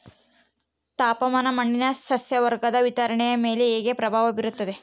ತಾಪಮಾನ ಮಣ್ಣಿನ ಸಸ್ಯವರ್ಗದ ವಿತರಣೆಯ ಮೇಲೆ ಹೇಗೆ ಪ್ರಭಾವ ಬೇರುತ್ತದೆ?